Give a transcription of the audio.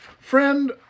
friend